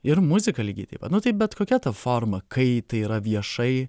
ir muzika lygiai taip pat nu tai bet kokia ta forma kai tai yra viešai